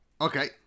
Okay